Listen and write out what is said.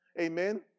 Amen